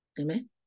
Amen